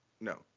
no